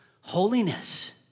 holiness